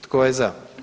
Tko je za?